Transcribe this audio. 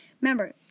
Remember